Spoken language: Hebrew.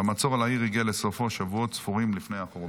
והמצור על העיר הגיע לסופו שבועות ספורים לפני החורבן.